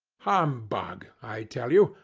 humbug, i tell you!